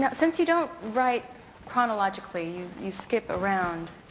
yeah since you don't write chronologically, you skip around.